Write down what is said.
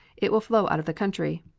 it will flow out of the country.